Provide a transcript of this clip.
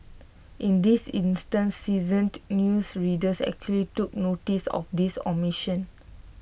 in this instance seasoned news readers actually took noticed of this omission